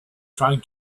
trying